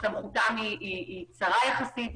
שסמכותם צרה יחסית,